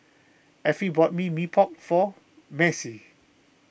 Effie bought Mee Pok for Macie